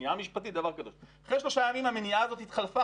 מניעה משפטית דבר קדוש - אחרי שלושה ימים המניעה הזאת התחלפה,